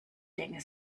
länge